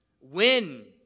win